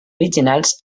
originals